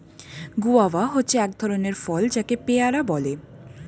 guava হচ্ছে এক ধরণের ফল যাকে পেয়ারা বলে